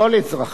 כשווי זכויות.